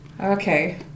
Okay